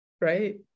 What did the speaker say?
Right